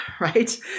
right